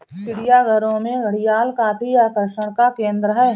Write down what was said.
चिड़ियाघरों में घड़ियाल काफी आकर्षण का केंद्र है